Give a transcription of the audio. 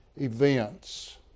events